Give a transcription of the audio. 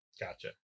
gotcha